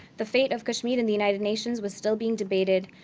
the fate of kashmir in the united nations was still being debated,